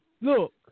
Look